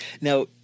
Now